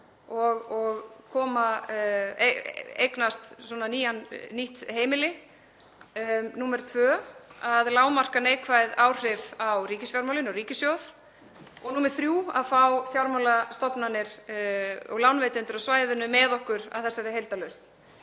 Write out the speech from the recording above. og eignast nýtt heimili. Númer tvö að lágmarka neikvæð áhrif á ríkisfjármálin og ríkissjóð og númer þrjú að fá fjármálastofnanir og lánveitendur á svæðinu með okkur að þessari heildarlausn.